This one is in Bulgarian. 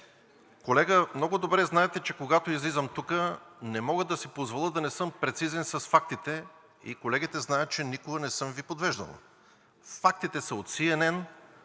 Колега, много добре знаете, че когато излизам тук, не мога да си позволя да не съм прецизен с фактите и колегите знаят, че никога не съм Ви подвеждал. Фактите са от